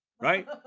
right